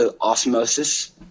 osmosis